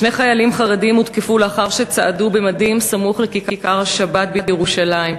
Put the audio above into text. שני חיילים חרדים הותקפו לאחר שצעדו במדים סמוך לכיכר-השבת בירושלים.